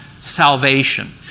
salvation